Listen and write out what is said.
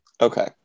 Okay